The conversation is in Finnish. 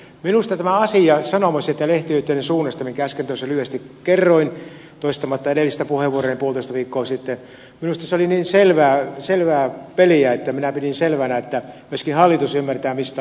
minusta tämä asia sanoma sekä lehtiyhtiöiden suunnasta minkä äsken tuossa lyhyesti kerroin toistamatta edellistä puheenvuoroani puolitoista viikkoa sitten oli niin selvää peliä että minä pidin selvänä että myöskin hallitus ymmärtää mistä on kysymys